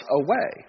away